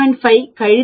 5 கழித்தல் 0